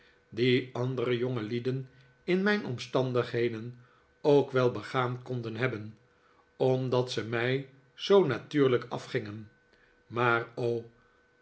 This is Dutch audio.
die andere jongelieden in mijn omstandigheden ook wel begaan konden hebben omdat ze mij zoo natuurlijk afgingen maar o